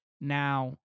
now